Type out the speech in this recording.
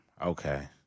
Okay